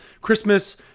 Christmas